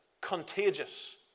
contagious